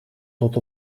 tot